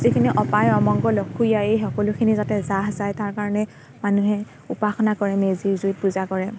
যিখিনি অপায় অমংগল অসূয়া এই সকলোখিনি যাতে যাহ যায় তাৰ কাৰণে মানুহে উপাসনা কৰে মেজিৰ জুইত পূজা কৰে